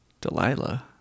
Delilah